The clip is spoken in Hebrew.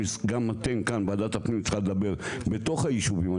אתם כאן בוועדת הפנים צריכים לדבר בעיקר בתוך היישובים.